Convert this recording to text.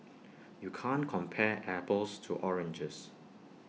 you can't compare apples to oranges